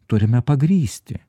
turime pagrįsti